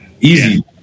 easy